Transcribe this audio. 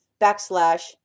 backslash